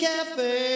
Cafe